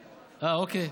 אה, אוקיי.